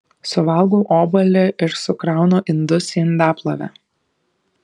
suvalgau obuolį ir sukraunu indus į indaplovę